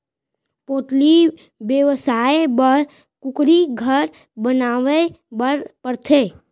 poultry बेवसाय बर कुकुरी घर बनवाए बर परथे